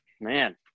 man